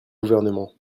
gouvernement